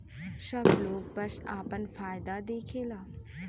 सब लोग बस आपन फायदा देखला